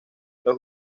los